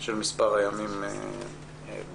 של מספר הימים בחוק.